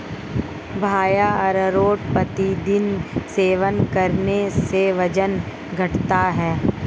भैया अरारोट प्रतिदिन सेवन करने से वजन घटता है